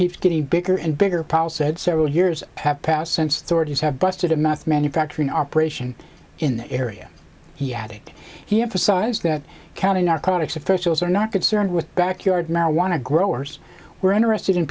keeps getting bigger and bigger powell said several years have passed since the thirty's have busted a meth manufacturing operation in the area he added he emphasized that county narcotics officials are not concerned with backyard marijuana growers we're interested in